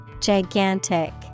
Gigantic